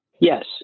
Yes